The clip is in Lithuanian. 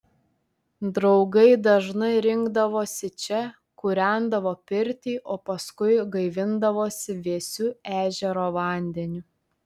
draugai dažnai rinkdavosi čia kūrendavo pirtį o paskui gaivindavosi vėsiu ežero vandeniu